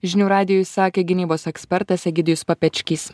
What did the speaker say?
žinių radijui sakė gynybos ekspertas egidijus papečkys